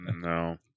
No